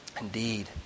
Indeed